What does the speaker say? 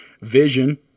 vision